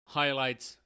highlights